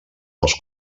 dels